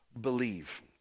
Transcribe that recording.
believe